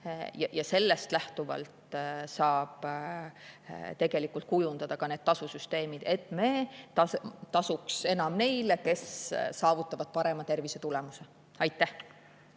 Ja sellest lähtuvalt saab tegelikult kujundada ka need tasusüsteemid, et me tasuks enam neile, kes saavutavad parema tervisetulemuse. Aitäh!